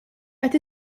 qed